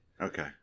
Okay